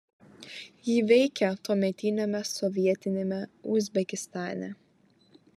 ji veikė tuometiniame sovietiniame uzbekistane